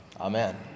Amen